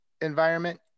environment